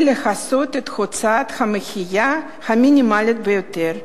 לכסות את הוצאות המחיה המינימליות ביותר.